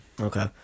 okay